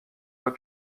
voie